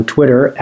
Twitter